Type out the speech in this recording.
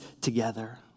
together